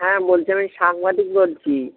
হ্যাঁ বলছি আমি সাংবাদিক বলছি